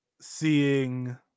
seeing